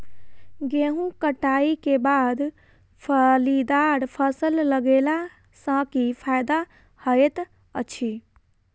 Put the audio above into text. गेंहूँ कटाई केँ बाद फलीदार फसल लगेला सँ की फायदा हएत अछि?